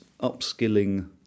upskilling